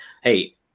hey